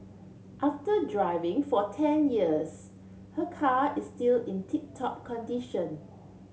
after driving for ten years her car is still in tip top condition